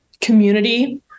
community